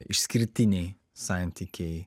išskirtiniai santykiai